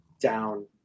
down